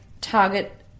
target